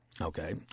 okay